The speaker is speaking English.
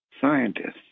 scientists